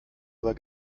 aber